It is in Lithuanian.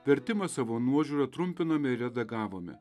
vertimą savo nuožiūra trumpinome redagavome